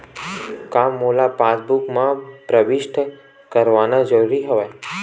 का मोला पासबुक म प्रविष्ट करवाना ज़रूरी हवय?